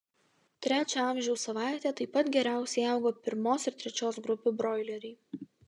trečią amžiaus savaitę taip pat geriausiai augo pirmos ir trečios grupių broileriai